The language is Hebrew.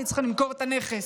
אני צריכה למכור את הנכס,